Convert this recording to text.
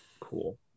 cool